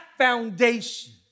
foundation